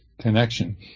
connection